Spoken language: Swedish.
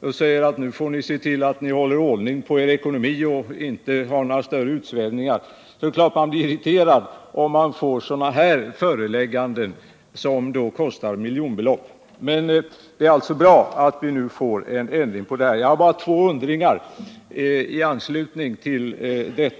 och säger att nu får de se till att de håller ordning på sin ekonomi och inte tillåter några större utsvävningar, är det klart att man blir irriterad om man får sådana här förelägganden som kostar miljonbelopp. Men det är bra att vi får en förändring av beslutet om signalväxlingen. Det är bara två saker jag undrar över.